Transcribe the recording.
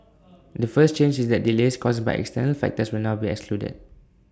the first change is that delays caused by external factors will now be excluded